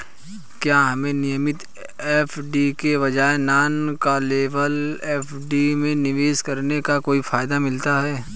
क्या हमें नियमित एफ.डी के बजाय नॉन कॉलेबल एफ.डी में निवेश करने का कोई फायदा मिलता है?